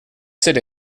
sit